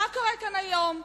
מה קרה כאן היום?